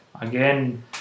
Again